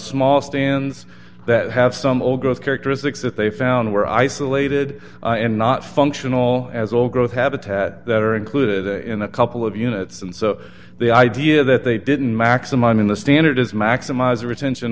small stands that have some old growth characteristics that they found were isolated and not functional as old growth habitat that are included in a couple of units so the idea that they didn't maximum in the standard is maximize their attention